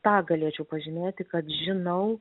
tą galėčiau pažymėti kad žinau